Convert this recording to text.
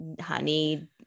honey